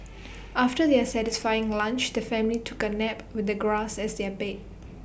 after their satisfying lunch the family took A nap with the grass as their bed